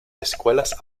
escuelas